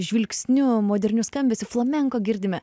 žvilgsniu moderniu skambesiu flamenko girdime